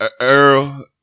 Earl